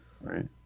right